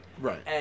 Right